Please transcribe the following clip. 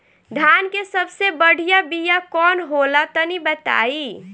धान के सबसे बढ़िया बिया कौन हो ला तनि बाताई?